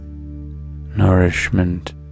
nourishment